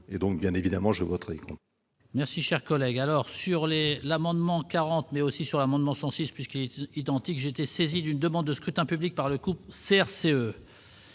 et donc, bien évidemment, je voterai compte. Merci, cher collègue alors sur les l'amendement 40 mais aussi sur l'amendement 106 puisqu'il est identique, j'ai été saisi d'une demande de scrutin public par le CRC.